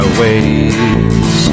ways